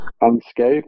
unscathed